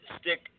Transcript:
stick